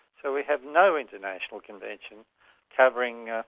so we have no international convention covering